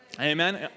amen